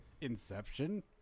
Inception